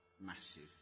Massive